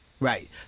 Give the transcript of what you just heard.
Right